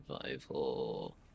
Survival